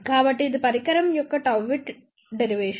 కాబట్టిఇది పరికరం యొక్క Γout డెరివేషన్